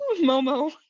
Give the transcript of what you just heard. Momo